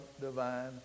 divine